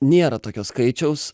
nėra tokio skaičiaus